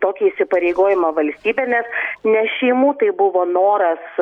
tokį įsipareigojimą valstybė nes ne šeimų tai buvo noras